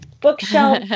bookshelf